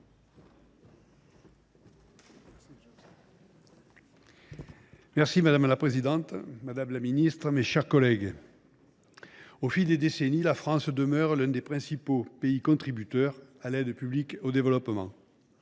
Guiol. Madame la présidente, madame la ministre, mes chers collègues, au fil des décennies, la France demeure l’un des principaux pays contributeurs à l’aide publique au développement.